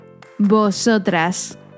Vosotras